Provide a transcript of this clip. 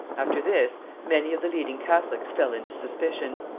after this many of the leading catholics fell into suspicion,